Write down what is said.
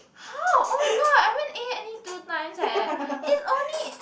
how oh my god I haven't A any two times eh it's only